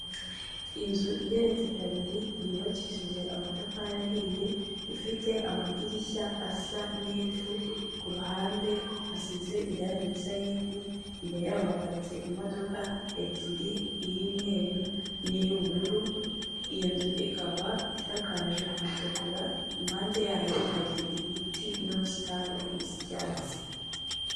Inzu igeretse kabiri yubakishije amatafari ahiye, ifite amadirishya asa nk'ivu, ku ruhande hasize irangi risa nk'ivu, imbere yaho haparitse imodoka ebyiri iy'umweru n'iy'ubururu, iyo nzu ikaba isakaje amategura, impande yayo hari ibiti n'ubusitani busa icyatsi.